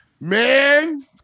Man